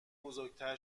بزرگتر